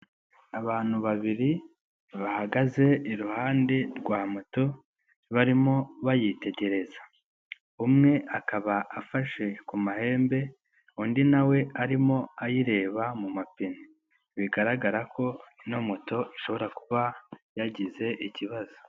Abantu babiri bahagaze iruhande rwa moto barimo bayitegereza, umwe akaba afashe ku mahembe undi nawe we arimo ayireba mu mapine bigaragara ko ino moto ishobora kuba yagize ikibazo.